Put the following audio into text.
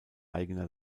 eigener